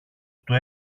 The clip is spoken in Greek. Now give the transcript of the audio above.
του